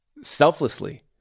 selflessly